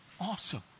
Awesome